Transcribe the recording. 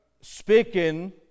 speaking